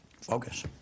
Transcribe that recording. focus